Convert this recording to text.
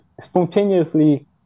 spontaneously